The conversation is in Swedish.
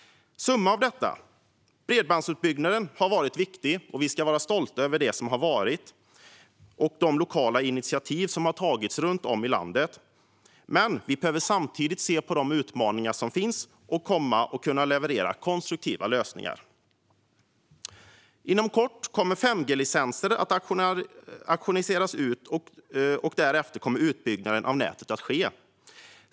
Summan av detta är att bredbandsutbyggnaden varit viktig och att vi ska vara stolta över den och över de lokala initiativ som tagits runt om i landet. Men vi behöver samtidigt se på de utmaningar som finns och som kommer för att kunna leverera konstruktiva lösningar. Inom kort kommer 5G-licenser att auktioneras ut, och därefter kommer utbyggnaden av nätet att ske.